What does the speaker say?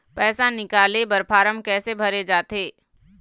पैसा निकाले बर फार्म कैसे भरे जाथे?